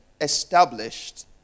established